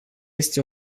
este